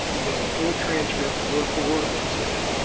we have a full transcript word-for-word of what's said,